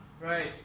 Right